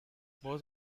both